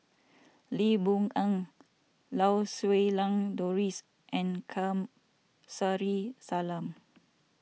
Lee Boon Ngan Lau Siew Lang Doris and Kamsari Salam